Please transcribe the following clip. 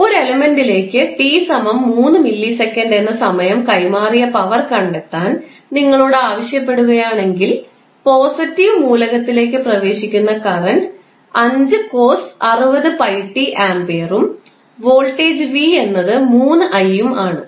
ഒരു എലിമെൻറിലേക്ക് t3 millisecond എന്ന സമയം കൈമാറിയ പവർ കണ്ടെത്താൻ നിങ്ങളോട് ആവശ്യപ്പെടുകയാണെങ്കിൽ പോസിറ്റീവ് മൂലകത്തിലേക്ക് പ്രവേശിക്കുന്ന കറൻറ് 5 cos 60𝜋𝑡 A ഉം വോൾട്ടേജ് v എന്നത് 3i ഉം ആണ്